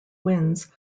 winds